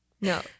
No